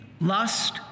lust